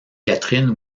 catherine